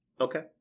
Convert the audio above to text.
Okay